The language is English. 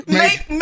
make